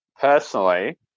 Personally